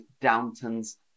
Downton's